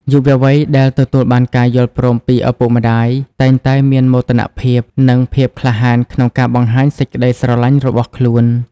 យុវវ័យដែលទទួលបានការយល់ព្រមពីឪពុកម្ដាយ តែងតែមានមោទនភាព និងភាពក្លាហានក្នុងការបង្ហាញសេចក្ដីស្រឡាញ់របស់ខ្លួន។